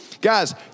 guys